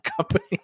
company